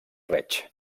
reig